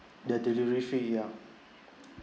the delivery fee ya